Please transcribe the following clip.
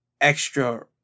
extra